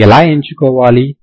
నేను ఎలా ఎంచుకోవాలి